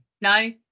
No